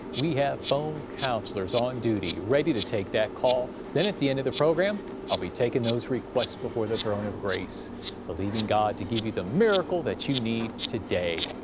we have phone counselors on duty ready to take that call, then at the end of the program i'll be taking those requests before the throne of grace believing god to give you the miracle that you need today.